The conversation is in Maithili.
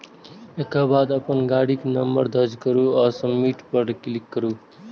एकर बाद अपन गाड़ीक नंबर दर्ज करू आ सबमिट पर क्लिक करू